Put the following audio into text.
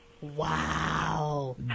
Wow